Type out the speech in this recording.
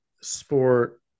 sport